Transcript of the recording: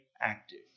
active